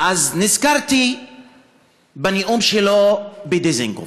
נזכרתי בנאום שלו בדיזנגוף,